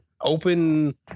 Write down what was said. open